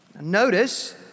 Notice